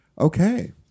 okay